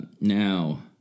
now